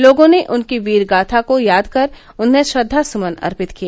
लोगों ने उनकी वीर गाथा को याद कर उन्हें श्रद्वासुमन अर्पित किए